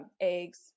eggs